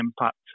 impact